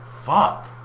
Fuck